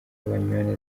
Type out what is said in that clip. banywa